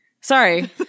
Sorry